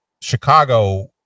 Chicago